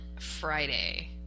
Friday